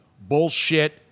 bullshit